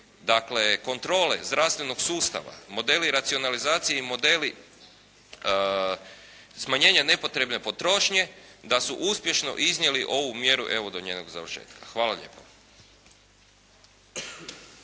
dakle, kontrole zdravstvenog sustava, modeli racionalizacije i modeli smanjenja nepotrebne potrošnje, da su uspješno iznije ovu mjeru, evo do njenog završetka. Hvala lijepo.